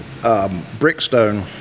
Brickstone